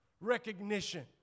recognition